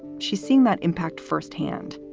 she's seeing that impact firsthand.